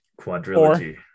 Quadrilogy